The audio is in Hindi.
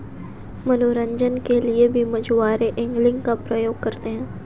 मनोरंजन के लिए भी मछुआरे एंगलिंग का प्रयोग करते हैं